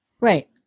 Right